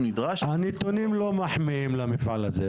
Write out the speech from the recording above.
נדרש --- הנתונים לא מחמיאים למפעל הזה,